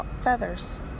feathers